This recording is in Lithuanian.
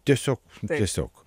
tiesiog tiesiog